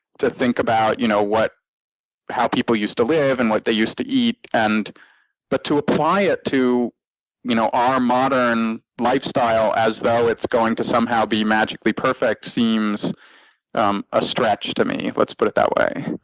to think about you know how people used to live and what they used to eat. and but to apply it to you know our modern lifestyle as though it's going to somehow be magically perfect seems um a stretch to me, let's put it that way.